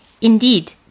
Indeed